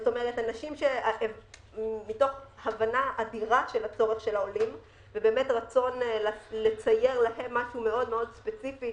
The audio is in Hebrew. מתוך הבנה אדירה של הצורך של העולים ורצון לייצר להם משהו ספציפי